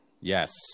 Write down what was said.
yes